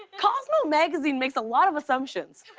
cosmo magazine makes a lot of assumptions.